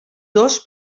dos